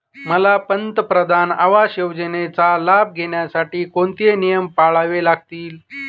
मला पंतप्रधान आवास योजनेचा लाभ घेण्यासाठी कोणते नियम पाळावे लागतील?